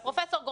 לפי הטיעון הזה,